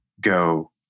go